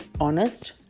honest